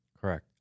Correct